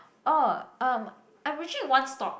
orh um I'm reaching in one stop